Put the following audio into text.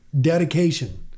Dedication